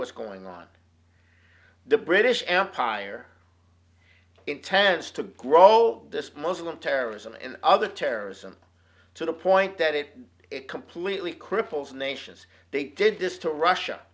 what's going on the british empire intends to grow this muslim terrorism and other terrorism to the point that it completely cripples nations they did this to russia